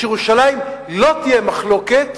שירושלים לא תהיה מחלוקת,